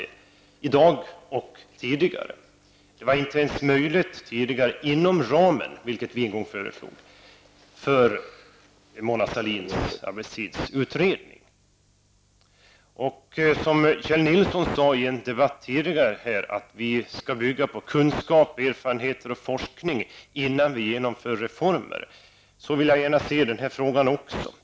Tidigare var det inte ens möjligt inom ramen, vilket vi en gång föreslog, för Mona Sahlins arbetstidsutredning. Kjell Nilsson sade i en tidigare debatt här att vi skall bygga på kunskap, erfarenheter och forskning innan vi genomför reformer. Så vill jag gärna se den här frågan också.